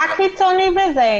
מה קיצוני בזה?